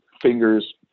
fingers